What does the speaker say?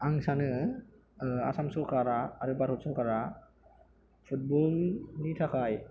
आं सानो आसाम सरकारा आरो भारत सरकारा फुटबलनि थाखाय